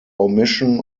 omission